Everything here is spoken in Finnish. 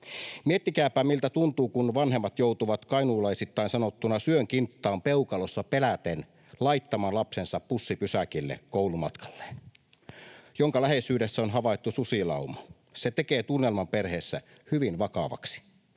Miettikääpä, miltä tuntuu, kun vanhemmat joutuvat kainuulaisittain sanottuna ”syän kinttaan peukalossa peläten” laittamaan lapsensa koulumatkalleen bussipysäkille, jonka läheisyydessä on havaittu susilauma. Se tekee tunnelman perheessä hyvin vakavaksi.